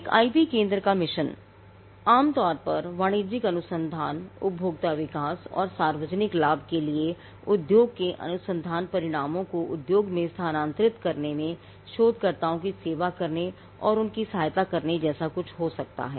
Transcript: एक आईपी केंद्र का मिशन आम तौर पर वाणिज्यिक अनुसंधान उपभोक्ता विकास और सार्वजनिक लाभ के लिए उद्योग के अनुसंधान परिणामों को उद्योग में स्थानांतरित करने में शोधकर्ताओं की सेवा करने और उनकी सहायता करने जैसा कुछ हो सकता है